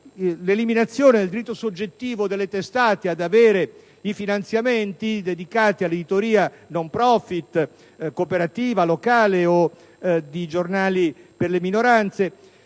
l'eliminazione del diritto soggettivo delle testate ad avere i finanziamenti dedicati all'editoria *non profit*, cooperativa, locale o di giornali per le minoranze